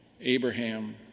Abraham